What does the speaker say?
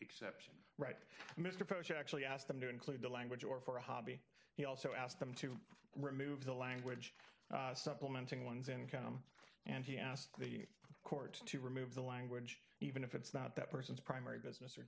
exception right mr bush actually asked them to include the language or for a hobby he also asked them to remove the language supplementing one's income and he asked the court to remove the language even if it's not that person's primary business